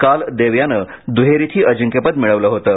काल देव यानं दुहेरीतही अजिंक्यपद मिळवलं होतं